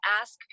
ask